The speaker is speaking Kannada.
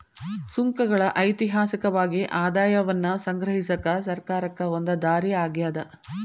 ಸುಂಕಗಳ ಐತಿಹಾಸಿಕವಾಗಿ ಆದಾಯವನ್ನ ಸಂಗ್ರಹಿಸಕ ಸರ್ಕಾರಕ್ಕ ಒಂದ ದಾರಿ ಆಗ್ಯಾದ